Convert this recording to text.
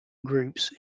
groups